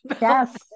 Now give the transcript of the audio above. yes